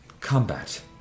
combat